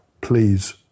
please